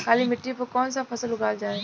काली मिट्टी पर कौन सा फ़सल उगावल जाला?